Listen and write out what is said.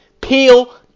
Peel